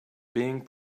being